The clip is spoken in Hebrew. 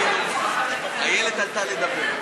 איילת עלתה לדבר.